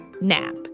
NAP